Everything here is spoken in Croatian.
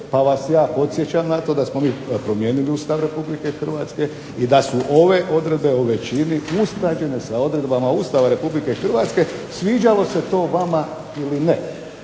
pa vas ja podsjećam na to da smo mi promijenili Ustav RH i da su ove odredbe u većini usklađene sa odredbama Ustava RH sviđalo se to vama ili ne.